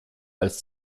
als